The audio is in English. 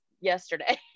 yesterday